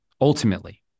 Ultimately